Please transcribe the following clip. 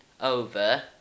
over